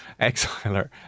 Exiler